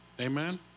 amen